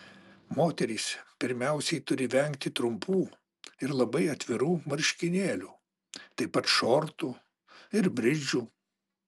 moterys pirmiausiai turi vengti trumpų ir labai atvirų marškinėlių taip pat šortų ir bridžų